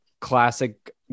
classic